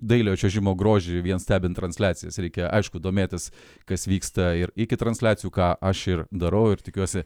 dailiojo čiuožimo grožį vien stebint transliacijas reikia aišku domėtis kas vyksta ir iki transliacijų ką aš ir darau ir tikiuosi